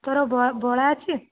ହାତର ବଳା ବଳା ଅଛି